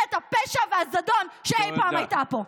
כממשלת הפשע והזדון שאי פעם הייתה פה.